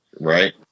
right